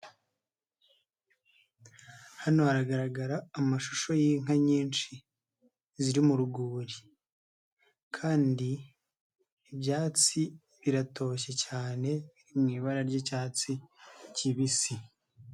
Hano haragaragara amashusho y'inka nyinshi ziri mugowuri, kandi ibyatsi biratoshye cyane biri mwi ibara ry'cyatsi kibisi.